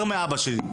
יותר מאבא שלי.